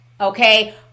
Okay